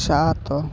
ସାତ